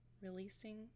releasing